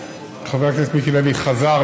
עודד פורר, ואחריו, חברת הכנסת ענת ברקו.